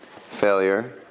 failure